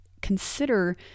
consider